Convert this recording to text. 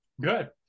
good